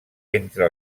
entre